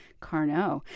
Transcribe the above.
Carnot